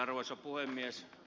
arvoisa puhemies